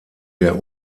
der